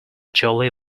jolly